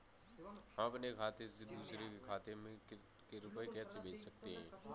हम अपने खाते से दूसरे के खाते में रुपये कैसे भेज सकते हैं?